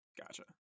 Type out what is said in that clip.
Gotcha